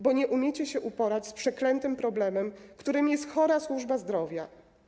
Bo nie umiecie się uporać z przeklętym problemem, którym jest chora służba zdrowia.